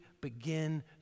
begin